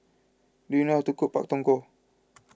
do you know how to cook Pak Thong Ko